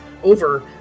over